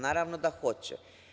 Naravno da hoće.